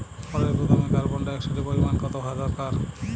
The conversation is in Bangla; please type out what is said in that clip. ফলের গুদামে কার্বন ডাই অক্সাইডের পরিমাণ কত হওয়া দরকার?